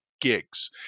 gigs